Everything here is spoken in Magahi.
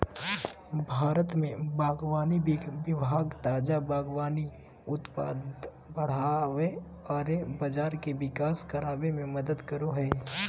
भारत में बागवानी विभाग ताजा बागवानी उत्पाद बढ़ाबे औरर बाजार के विकास कराबे में मदद करो हइ